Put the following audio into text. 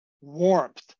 warmth